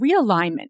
realignment